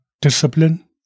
discipline